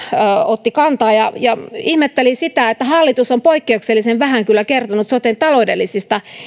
otti kantaa ja ja ihmetteli sitä että hallitus on poikkeuksellisen vähän kyllä kertonut soten taloudellisista